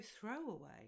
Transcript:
throwaway